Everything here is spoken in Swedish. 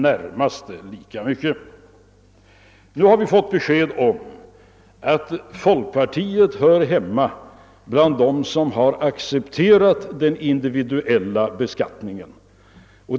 Nu har vi erhållit besked om att folkpartiet hör hemma bland dem som har accepterat den individuella beskattningen.